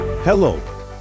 Hello